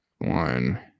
one